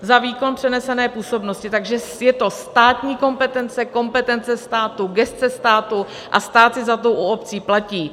za výkon přenesené působnosti, takže je to státní kompetence, kompetence státu, gesce státu a stát i za to u obcí platí.